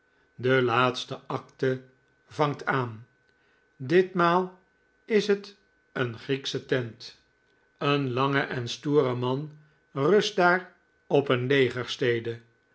de laatste acte vangt aan ditmaal is het een grieksche tent een lange en stoere man rust daar op een